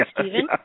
Stephen